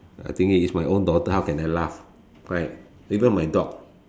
I thinking it's my own daughter how can I laugh right even my dog